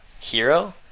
hero